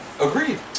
Agreed